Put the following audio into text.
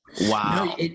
Wow